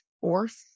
fourth